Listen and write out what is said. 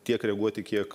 tiek reaguoti kiek